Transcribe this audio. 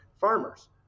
farmers